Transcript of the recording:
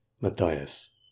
Matthias